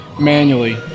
manually